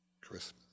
Christmas